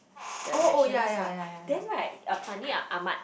the nationals lah then right uh Fandi-Ahmad